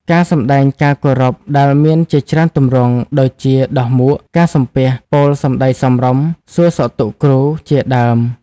ការសម្តែងការគោរពដែលមានជាច្រើនទម្រង់ ដូចជាដោះមួក ការសំពះ ពោលសម្តីសមរម្យ សួរសុខទុក្ខគ្រូ ជាដើម។